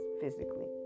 physically